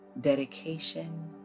dedication